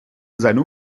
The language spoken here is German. seine